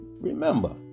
Remember